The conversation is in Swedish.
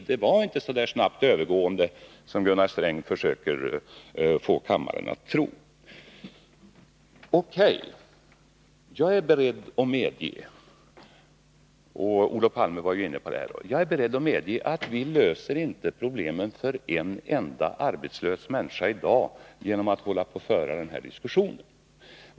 Arbetslösheten var således inte så snabbt övergående som Gunnar Sträng försöker få kammaren att tro. Jag är beredd att medge — Olof Palme var inne på den frågan — att vi inte löser problemen för en enda arbetslös människa i dag genom att föra denna diskussion.